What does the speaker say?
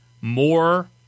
more